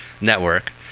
network